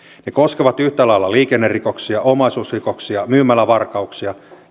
ne koskevat yhtä lailla liikennerikoksia omaisuusrikoksia myymälävarkauksia